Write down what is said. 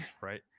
right